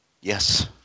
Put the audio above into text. Yes